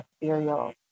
material